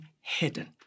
hidden